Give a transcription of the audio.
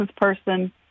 person